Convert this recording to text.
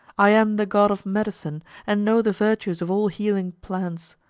i am the god of medicine, and know the virtues of all healing plants.